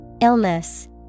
Illness